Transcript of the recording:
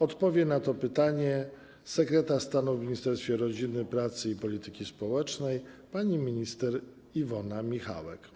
Odpowie na to pytanie sekretarz stanu w Ministerstwie Rodziny, Pracy i Polityki Społecznej pani minister Iwona Michałek.